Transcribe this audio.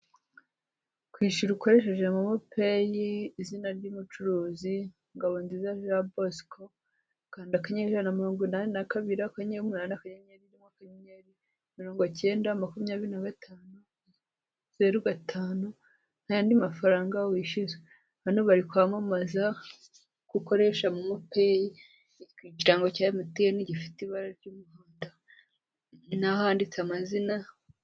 Kwishyura ukoresheje momopey izina ry'umucuruzi ngabonziza jean bosco kanda akanyenyeri ijana na mirongo inani na kabiri akanyenyeri umunani akanyenyeri rimwe akayenyeri mirongo icyenda makumyabiri nagatanu zeru gatanu nta yandi mafaranga wishyuzwa hano bari kwamamaza gukoresha momopey ikirango cya mtn gifite ibara ry'umuhondo n'ahanditse amazina.